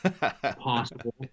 possible